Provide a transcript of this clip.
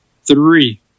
Three